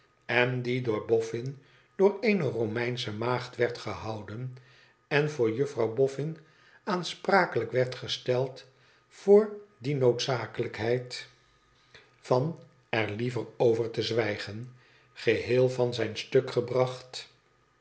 en die door boffin voor eene romeinsche maagd werd gehouden en door jufifrouw boffin aansprakelijk werd gesteld voor die noodzakelijkheid van er liever over te zwijgen geheel van zijn stuk gebracht